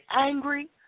angry